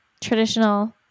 traditional